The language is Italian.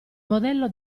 modello